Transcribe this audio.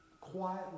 Quietly